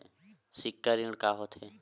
सिक्छा ऋण का होथे?